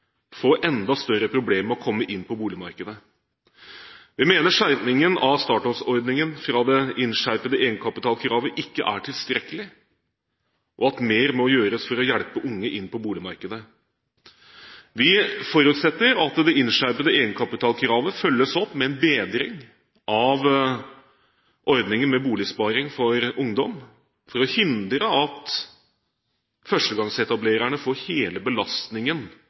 enda større problemer med å komme inn på boligmarkedet. Vi mener skjerpingen av startlånsordningen fra det innskjerpede egenkapitalkravet ikke er tilstrekkelig, og at mer må gjøres for å hjelpe unge inn på boligmarkedet. Vi forutsetter at det innskjerpede egenkapitalkravet følges opp med en bedring av ordningen Boligsparing for ungdom for å hindre at førstegangsetablererne får hele belastningen